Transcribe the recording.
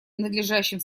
надлежащим